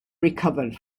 recovered